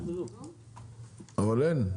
אבל אין,